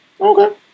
Okay